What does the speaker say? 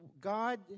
God